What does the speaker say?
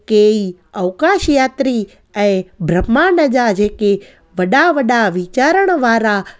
कई अवकाश यात्री ऐं बह्मांड जा जेके वॾा वॾा वीचारण वारा